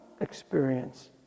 experience